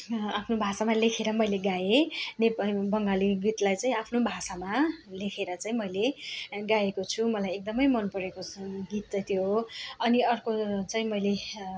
आफ्नो भाषामा लेखेर मैले गाएँ नेपा बङ्गाली गीतलाई चाहिँ आफ्नो भाषामा लेखेर चाहिँ मैले गाएको छु मलाई एकदमै मनपरेको जुन गीत चाहिँ त्यो हो अनि अर्को चाहिँ मैले